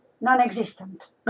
non-existent